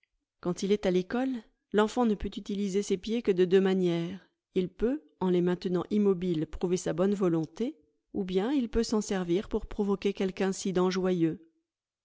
ouand il est à l'école l'enfant ne peut utiliser ses pieds que de deux manières il peut en les maintenant immobiles prouver sa bonne volonté ou bien il peut s'en servir pour provoquer quelque incident joyeux